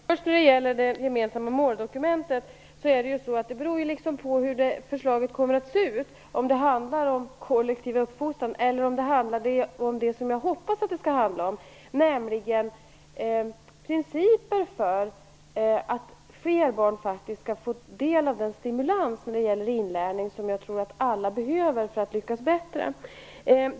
Herr talman! Vad vi tycker om ett gemensamt måldokument beror på hur förslaget kommer att se ut, om det handlar om kollektiv uppfostran eller om principer för att fler barn skall få del av den stimulans till inlärning som alla behöver för att lyckas bättre, vilket jag hoppas.